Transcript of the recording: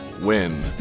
win